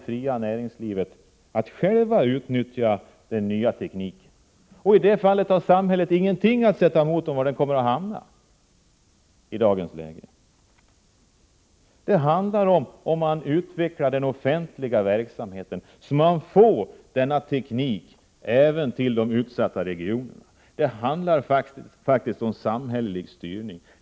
fria näringslivet att självt utnyttja den nya tekniken, och då har samhället i dagens läge ingenting att sätta emot vad beträffar lokaliseringen. Det handlar om att utveckla den offentliga verksamheten så att vi får ny teknik även inom de utsatta regionerna. Det handlar faktiskt om samhällelig styrning.